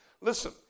Listen